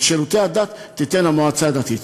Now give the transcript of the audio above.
את שירותי הדת תיתן למועצה הדתית.